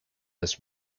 this